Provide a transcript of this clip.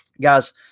Guys